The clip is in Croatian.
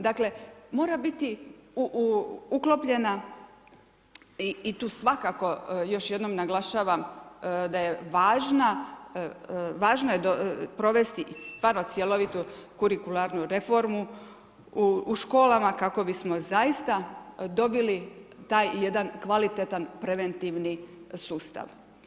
Dakle, mora biti uklopljena i tu svakako još jednom naglašavam da je važna, važno je provesti stvarno cjelovitu kurikularnu reformu u školama kako bismo zaista dobili taj jedan kvalitetan preventivni sustav.